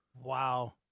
Wow